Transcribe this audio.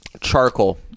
Charcoal